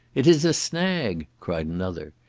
it is a snag! cried another.